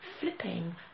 flipping